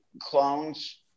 clones